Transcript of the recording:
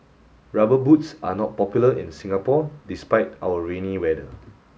rubber boots are not popular in Singapore despite our rainy weather